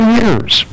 years